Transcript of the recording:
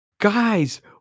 Guys